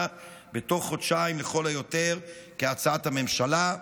בתוך חודשיים לכל היותר כהצעת הממשלה.